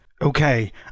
Okay